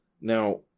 Now